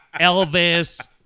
Elvis